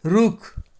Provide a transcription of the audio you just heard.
रुख